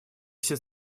все